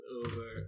over